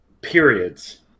Periods